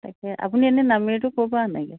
তাকে আপুনি এনে নামেৰিটো ক'ৰপৰা আনেগৈ